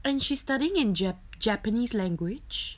and she studying in jap~ japanese language